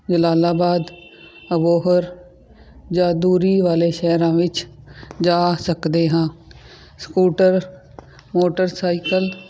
ਜਲਾਲਾਬਾਦ ਅਬੋਹਰ ਜਾਂ ਦੂਰੀ ਵਾਲੇ ਸ਼ਹਿਰਾਂ ਵਿੱਚ ਜਾ ਸਕਦੇ ਹਾਂ ਸਕੂਟਰ ਮੋਟਰਸਾਈਕਲ